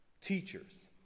teachers